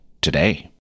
Today